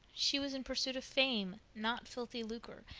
she was in pursuit of fame, not filthy lucre,